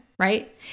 Right